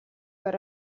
par